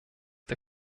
der